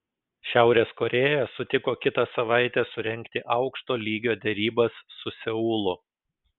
šiaurės korėja sutiko kitą savaitę surengti aukšto lygio derybas su seulu